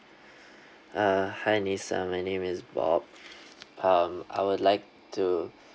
uh hi lisa my name is bob um I would like to